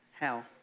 hell